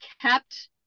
kept